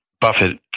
Buffett